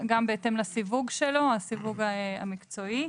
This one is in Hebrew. גם בהתאם לסיווג שלו, הסיווג המקצועי.